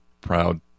Proud